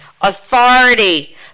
Authority